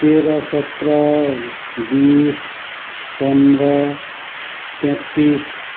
तेह्र सत्र बिस पन्ध्र तेत्तिस